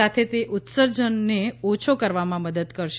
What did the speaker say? સાથે તે ઉત્સર્જનને ઓછો કરવામાં મદદ કરશે